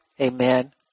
Amen